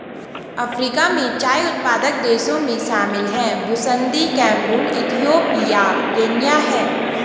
Africa में चाय उत्पादक देशों में शामिल हैं बुसन्दी कैमरून इथियोपिया केन्या है